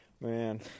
Man